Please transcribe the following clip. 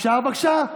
אפשר, בבקשה?